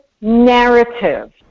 narrative